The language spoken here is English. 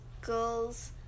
girls